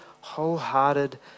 wholehearted